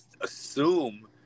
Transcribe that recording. assume